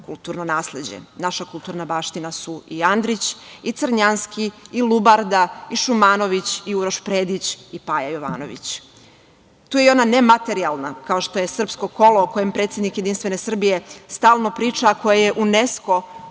kulturno nasleđe. Naša kulturna baština su i Andrić i Crnjanski i Lubarda, i Šumanović i Uroš Predić i Paja Jovanović. Tu je i ona nematerijalna, kao što je srpsko kolo, o kojem predsednik JS stalno priča a koje je UNESKO